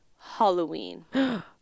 Halloween